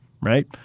right